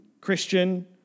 Christian